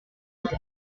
outre